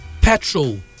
petrol